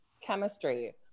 chemistry